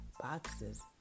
boxes